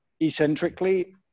eccentrically